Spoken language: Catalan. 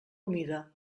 humida